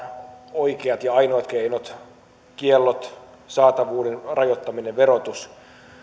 oikeat ja ainoat keinot kiellot saatavuuden rajoittaminen verotus